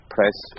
Press